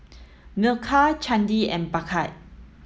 Milkha Chandi and Bhagat